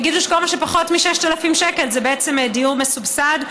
יגידו שכל מה שפחות מ-6,000 שקל זה בעצם דיור מסובסד,